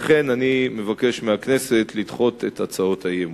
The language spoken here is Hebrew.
לכן אני מבקש מהכנסת לדחות את הצעות האי-אמון.